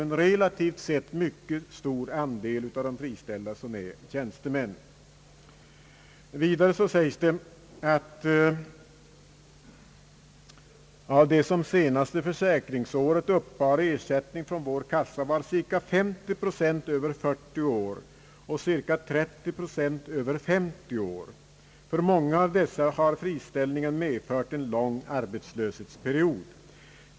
En relativt sett mycket stor del av de friställda är alltså tjänstemän. Vidare framhåller tidningen att av de industritjänstemän, som det senaste försäkringsåret uppbar ersättning från arbetslöshetskassan, var cirka 50 procent över 40 år och cirka 30 procent över 50 år. För många av dessa har friställningen medfört en lång arbetslöshetsperiod.